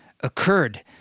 occurred